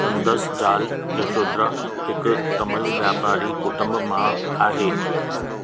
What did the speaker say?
संदसि ज़ाल यशोधरा हिक तमिल वापारी कुटुंब मां आहे